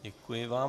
Děkuji vám.